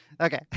Okay